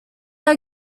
are